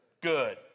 good